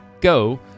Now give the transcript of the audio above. go